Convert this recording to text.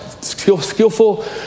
skillful